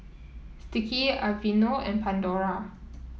Sticky Aveeno and Pandora